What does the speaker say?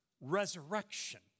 resurrection